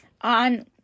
on